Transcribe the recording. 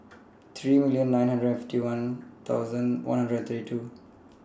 three million nine hundred and fifty one one hundred and thirty two